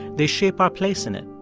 they shape our place in it.